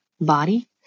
body